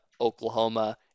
Oklahoma